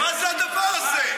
מה זה הדבר הזה?